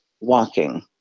walking